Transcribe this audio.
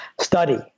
study